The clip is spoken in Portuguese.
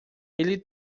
ele